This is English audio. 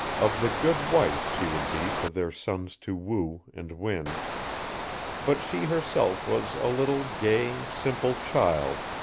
of the good wife she would be for their sons to woo and win but she herself was a little gay, simple child,